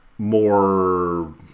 More